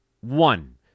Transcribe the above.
One